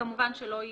כמובן שלא יהיה,